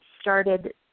started